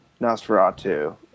Nosferatu